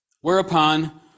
Whereupon